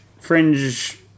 fringe